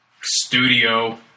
studio